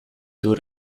door